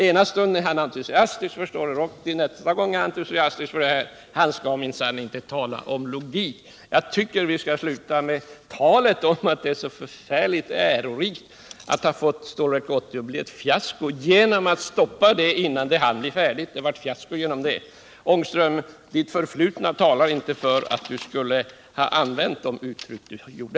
Ena stunden är han entusiastisk, nästa är han inte entusiastisk. Han skall minsann inte tala om logik. Jag tycker att vi skall sluta med talet om att det är så förfärligt ärorikt att ha fått Stålverk 80 att bli ett fiasko genom att stoppa det innan det hann bli färdigt. Det blev fiasko just därigenom. Herr Ångströms förflutna talar inte för att han borde ha använt de uttryck han gjorde.